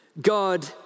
God